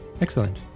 excellent